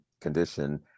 condition